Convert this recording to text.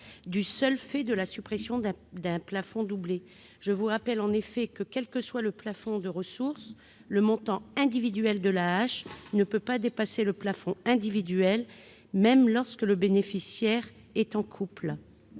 du seul fait de la suppression d'un plafond doublé. Je vous le rappelle, quel que soit le plafond de ressources, le montant individuel de l'AAH ne peut pas dépasser le plafond individuel, même lorsque le bénéficiaire est en couple.